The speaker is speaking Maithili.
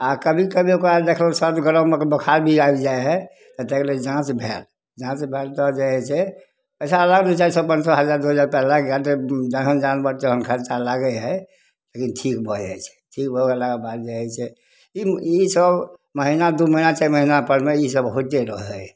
आ कभी कभी ओकरा देखबै सर्द गर्मक बोखार भी आबि जाइ हइ तऽ ताहि लए जाँच भेल जाँच भेल तऽ जे हइ से अच्छा ला दू चारि सए पाॅंच सए हजार दू हजार रुपैआ लागि गेल तऽ तखन जान बचल खर्चा लागै हइ लेकिन ठीक भऽ जाइ छै ठीक भऽ गेलाके बाद जे हइ से ई सब महिना दू महिना चारि महिना परमे ई सब होइते रहै हइ